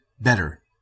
better